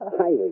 highly